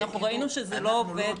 ראינו שזה לא עובד,